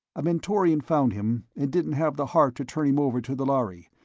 a mentorian found him and didn't have the heart to turn him over to the lhari.